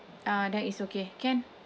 uh that is okay can